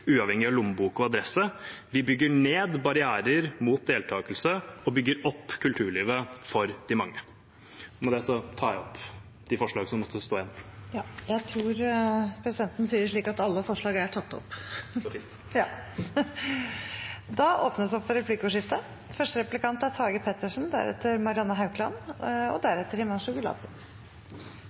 uavhengig av lommebok og adresse. Vi bygger ned barrierer mot deltakelse og bygger opp kulturlivet for de mange. Og med det tar jeg opp de forslag som måtte stå igjen. Jeg tror presidenten sier det slik at alle forslag er tatt opp. Så fint! Det blir replikkordskifte. Da Solberg-regjeringen overtok, ble 0,5 mrd. kr av spilloverskuddet tildelt til kulturformål. Tildelingen til kultur er